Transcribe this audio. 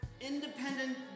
independent